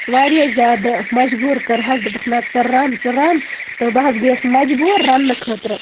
واریاہ زیادٕ مَجبوٗر کٔرہَس بہٕ دوٚپُکھ نہ ژٕ رَن ژٕ رَن تہٕ بہٕ حظ گیَس مَجبوٗر رَننہٕ خٲطرٕ